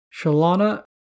Shalana